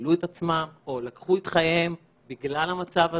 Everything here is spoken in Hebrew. תלו את עצמם או לקחו את חייהם בגלל המצב הזה,